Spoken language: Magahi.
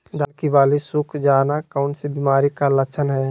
धान की बाली सुख जाना कौन सी बीमारी का लक्षण है?